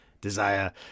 desire